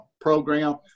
program